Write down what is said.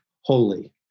holy